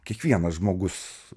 kiekvienas žmogus